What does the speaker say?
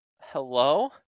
Hello